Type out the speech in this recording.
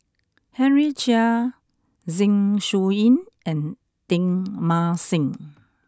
Henry Chia Zeng Shouyin and Teng Mah Seng